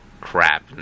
crap